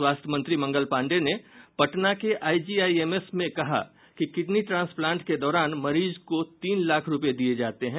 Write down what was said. स्वास्थ्य मंत्री मंगल पांडेय ने पटना के आईजीआईएमएस में कहा कि किडनी ट्रांसप्लांट के दौरान मरीज को तीन लाख रूपये दिये जाते हैं